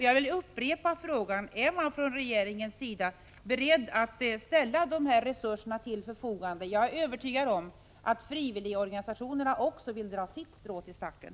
Jag vill upprepa frågan: Är man från regeringens sida beredd att ställa dessa resurser till förfogande? Jag är övertygad om att frivilligorganisationerna också vill dra sitt strå till stacken.